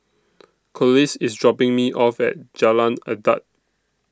Collis IS dropping Me off At Jalan Adat